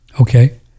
okay